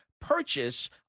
purchase